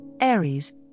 Aries